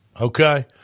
okay